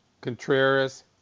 Contreras